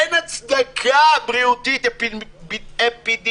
אין הצדקה בריאותית-אפידמיולוגית.